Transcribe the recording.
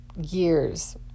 years